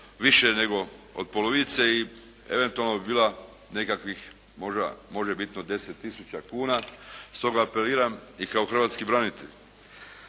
više nego od polovice i eventualno bi bila nekakvim možda, možebitno 10 tisuća kuna. Stoga apeliram i kao hrvatski branitelj